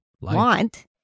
want